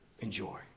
enjoy